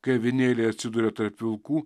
kai avinėliai atsiduria tarp vilkų